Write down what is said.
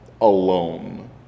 alone